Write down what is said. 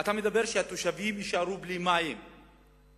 אתה אומר שהתושבים יישארו בלי מים חודשיים,